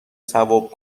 ثواب